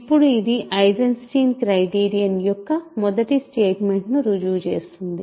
ఇప్పుడు ఇది Eisenstein criterion యొక్క మొదటి స్టేట్మెంట్ ను రుజువు చేస్తుంది